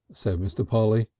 said mr. polly.